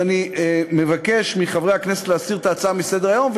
אני מבקש מחברי הכנסת להסיר את ההצעה מסדר-היום,